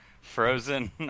frozen